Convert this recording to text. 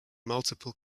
multiple